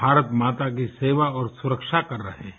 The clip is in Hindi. भारत माता की सेवा और सुरक्षा कर रहे हैं